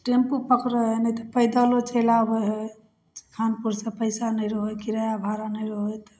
tempo पकड़ै हइ नहि तऽ पैदलो चलि आबै हइ खानपुरसँ पइसा नहि रहै हइ किराआ भाड़ा नहि रहै हइ तऽ